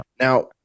now